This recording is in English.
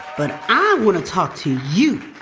but i want to talk to you,